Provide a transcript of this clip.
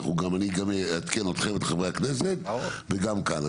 אני גם אעדכן אתכם את חברי הכנסת וגם כאן.